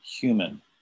human